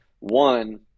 one